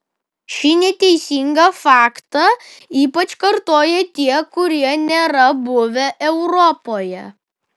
šį neteisingą faktą ypač kartoja tie kurie nėra buvę europoje